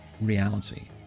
reality